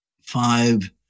five